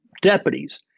deputies